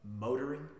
motoring